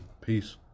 Peace